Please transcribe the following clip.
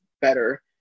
better